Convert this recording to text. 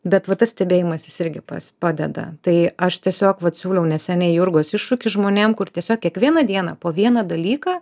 bet va tas stebėjimasis jis irgi pas padeda tai aš tiesiog vat siūliau neseniai jurgos iššūkį žmonėm kur tiesiog kiekvieną dieną po vieną dalyką